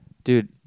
Dude